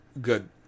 Good